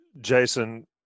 Jason